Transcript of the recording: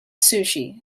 sushi